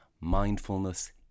mindfulness